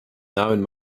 namen